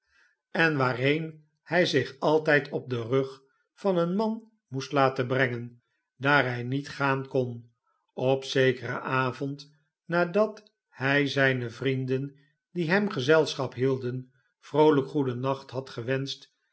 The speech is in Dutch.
en waarheen hij zich altijd op den rug van een man moest laten brengen daar hij niet gaan kon op zekeren avond nadat hij zijne vrienden die hem gezelschap hielden vroolijk goedennacht had gewenscht